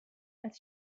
als